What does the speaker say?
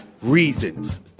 reasons